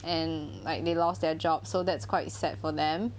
and like they lost their jobs so that's quite sad for them